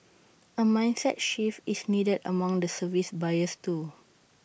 A mindset shift is needed among the service buyers too